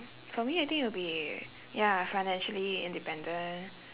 for me I think it'll be ya financially independent